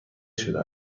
شده